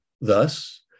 Thus